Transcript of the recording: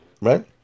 right